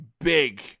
big